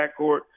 backcourt